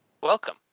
welcome